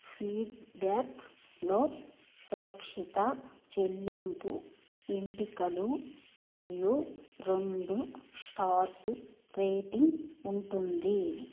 ఫీడ్బ్యాక్లో సురక్షిత చెల్లింపు ఎంపికలు మరియు రెండు స్టార్స్ రేటింగ్ ఉంటుంది